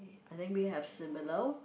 okay I think we have similar